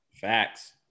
Facts